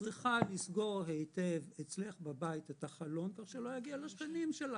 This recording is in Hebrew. את צריכה לסגור היטב אצלך בבית את החלון כך שזה לא יגיע לשכנים שלך,